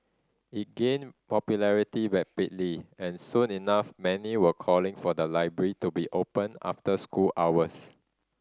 it gained popularity rapidly and soon enough many were calling for the library to be opened after school hours